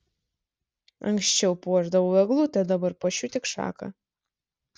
anksčiau puošdavau eglutę dabar puošiu tik šaką